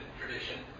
tradition